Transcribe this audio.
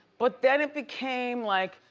but then it became, like,